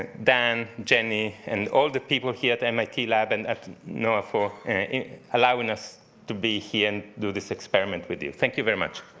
dan, jenny, and all the people here at the mit lab, and at noaa, for allowing us to be here and do this experiment with you. thank you very much.